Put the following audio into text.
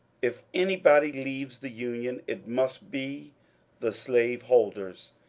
if anybody leaves the union, it must be the slaveholders.